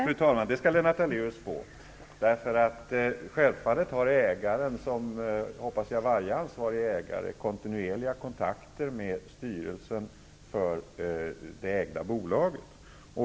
Fru talman! Det skall Lennart Daléus få. Självfallet har ägaren som, hoppas jag, varje ansvarig ägare kontinuerliga kontakter med styrelsen för det ägda bolaget.